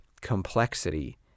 complexity